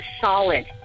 solid